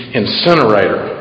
incinerator